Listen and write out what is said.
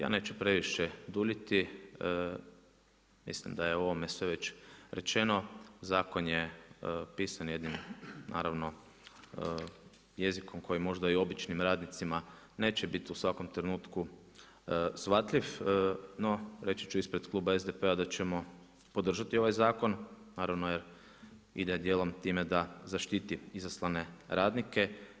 Ja neću previše duljiti, mislim da je ovome sve već rečeno, zakon je pisan jednim, naravno, jezikom koji možda i običnim radnicima neće biti u svakom trenutku shvatljiv, no reći ču ispred Kluba SDP-a da ćemo podržati ovaj zakon, naravno jer ide dijelom da zaštiti izlasane radnike.